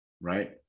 right